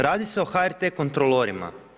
Radi se o HRT kontrolorima.